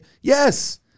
yes